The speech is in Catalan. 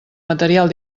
material